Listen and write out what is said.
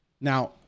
Now